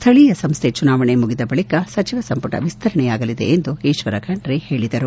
ಸ್ಥಳೀಯ ಸಂಸ್ಥೆ ಚುನಾವಣೆ ಮುಗಿದ ಬಳಿಕ ಸಚಿವ ಸಂಪುಟ ವಿಸ್ತರಣೆಯಾಗಲಿದೆ ಎಂದು ಈಕ್ವರ ಖಂಡ್ರೆ ಹೇಳಿದರು